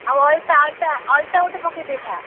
ଆଉ ଅଳତା ଅଳତା ଅଳତା ଗୋଟେ ପକାଇ ଦେଇଥା